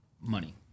Money